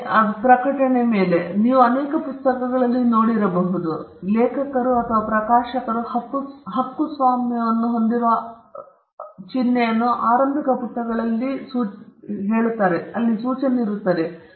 ಮೇರೆ ಪ್ರಕಟಣೆ ನೀವು ಅನೇಕ ಪುಸ್ತಕಗಳಲ್ಲಿ ನೋಡಿದ್ದಿರಬಹುದು ಲೇಖಕರು ಅಥವಾ ಪ್ರಕಾಶಕರು ಹಕ್ಕುಸ್ವಾಮ್ಯವನ್ನು ಹೊಂದಿರುವ ಆರಂಭಿಕ ಪುಟಗಳಲ್ಲಿ ಕೃತಿಸ್ವಾಮ್ಯ ಸೂಚನೆ ಇದೆ